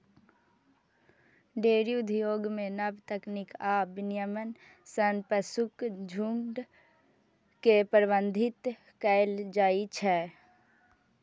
dairy उद्योग मे नव तकनीक आ विनियमन सं पशुक झुंड के प्रबंधित कैल जाइ छै